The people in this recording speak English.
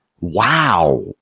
wow